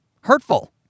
hurtful